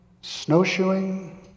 snowshoeing